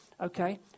Okay